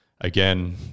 Again